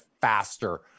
faster